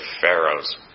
Pharaoh's